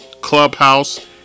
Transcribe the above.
Clubhouse